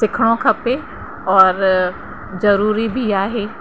सिखणो खपे और ज़रूरी बि आहे